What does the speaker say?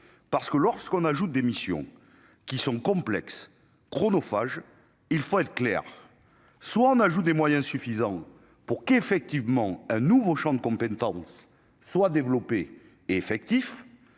parce que lorsqu'on ajoute des missions qui sont complexes chronophage, il faut être clair : soit on ajoute des moyens suffisants pour qu'effectivement un nouveau Champ de compétences soit développées effectif,